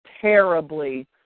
terribly